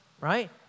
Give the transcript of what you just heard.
Right